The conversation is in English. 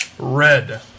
Red